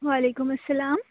و علیکم السلام